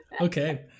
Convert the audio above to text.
Okay